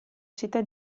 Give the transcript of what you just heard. città